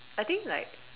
I think like